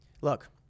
Look